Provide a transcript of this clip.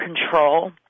control